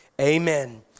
amen